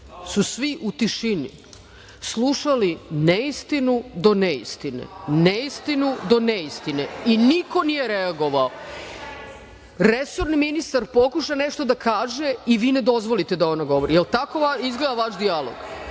su svi u tišini slušali neistinu do neistine i niko nije reagovao. Resorni ministar pokuša nešto da kaže i vi ne dozvolite da ona govori. Da li tako izgleda vaš dijalog?